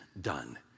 done